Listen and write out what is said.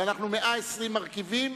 ואנחנו 120 מרכיבים.